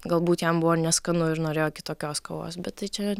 galbūt jam buvo neskanu ir norėjo kitokios kavos bet tai čia